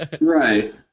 Right